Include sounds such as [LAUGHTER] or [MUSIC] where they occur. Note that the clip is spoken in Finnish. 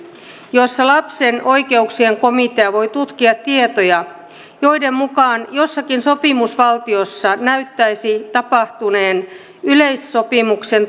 jossa lapsen oikeuksien komitea voi tutkia tietoja joiden mukaan jossakin sopimusvaltiossa näyttäisi tapahtuneen yleissopimuksen [UNINTELLIGIBLE]